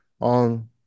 on